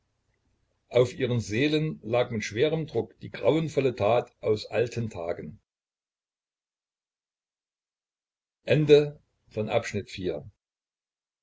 auf ihren seelen lag mit schwerem druck die grauenvolle tat aus alten tagen